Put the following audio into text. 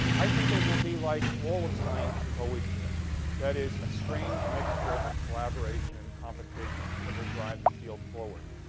i think it will be like all of science has always been that is a strange mixture of collaboration and competition that will drive the field forward.